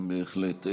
בהחלט.